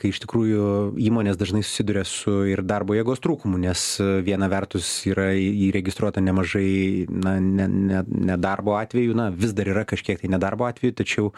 kai iš tikrųjų įmonės dažnai susiduria su ir darbo jėgos trūkumu nes viena vertus yra į įregistruota nemažai na ne ne nedarbo atvejų na vis dar yra kažkiek tai nedarbo atvejų tačiau